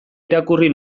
irakurri